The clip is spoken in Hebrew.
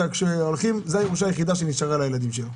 שכשהולכים זו הירושה היחידה שנשארה לילדים שלו.